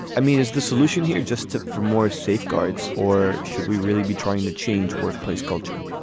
i mean, is the solution here just for more safeguards or should we really be trying to change workplace culture?